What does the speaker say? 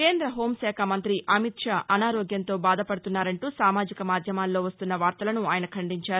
కేంద్ర హోంశాఖమంత్రి అమిత్ షా అనారోగ్యంతో బాధపడుతున్నారంటూ సామాజిక మాధ్యమాల్లో వస్తున్న వార్తలను ఆయన ఖండించారు